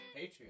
patreon